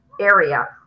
area